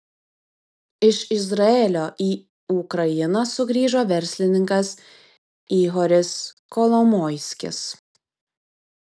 iš izraelio į ukrainą sugrįžo verslininkas ihoris kolomoiskis